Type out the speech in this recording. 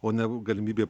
o ne galimybė